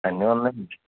అన్నీ ఉన్నాయి